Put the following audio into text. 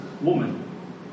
woman